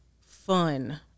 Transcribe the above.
fun